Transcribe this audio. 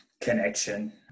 connection